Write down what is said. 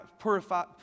purify